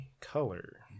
color